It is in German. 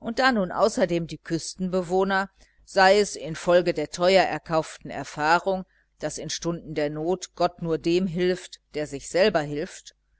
und da nun außerdem die küstenbewohner sei es infolge der teuer erkauften erfahrung daß in stunden der not gott nur dem hilft der sich selber hilft